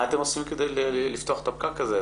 מה אתם עושים כדי לפתוח את הפקק הזה?